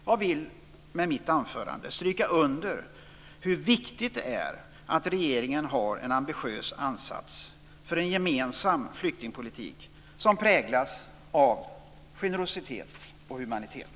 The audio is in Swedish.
Jag vill med mitt anförande stryka under hur viktigt det är att regeringen har en ambitiös ansats för en gemensam flyktingpolitik som präglas av generositet och humanitet.